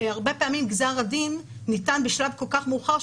שהרבה פעמים גזר הדין ניתן בשלב כל-כך מאוחר,